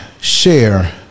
share